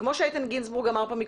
כמוש אמר חבר הכנסת גינזבורג קודם,